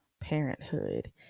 parenthood